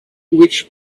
which